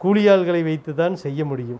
கூலியாட்களை வைத்து தான் செய்ய முடியும்